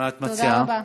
תודה רבה.